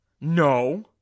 No